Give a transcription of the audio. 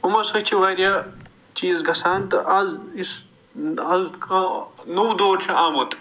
یِمو سۭتۍ چھِ وارِیاہ چیٖز گَژھان تہٕ آز یُس آز کا نوٚو دور چھُ آمُت